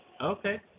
Okay